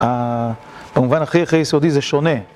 במובן הכי הכי יסודי זה שונה